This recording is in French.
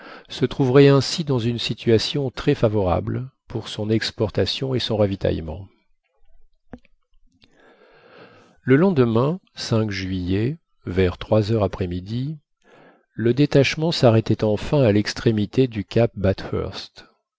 se trouverait ainsi dans une situation très favorable pour son exportation et son ravitaillement le lendemain juillet vers trois heures après midi le détachement s'arrêtait enfin à l'extrémité du cap bathurst